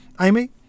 Amy